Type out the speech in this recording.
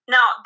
Now